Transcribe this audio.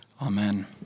Amen